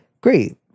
Great